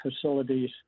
facilities